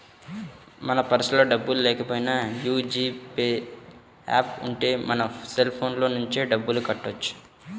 మన పర్సులో డబ్బుల్లేకపోయినా యీ జీ పే యాప్ ఉంటే మన సెల్ ఫోన్ నుంచే డబ్బులు కట్టొచ్చు